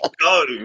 go